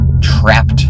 trapped